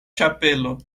ĉapelo